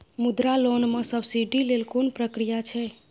मुद्रा लोन म सब्सिडी लेल कोन प्रक्रिया छै?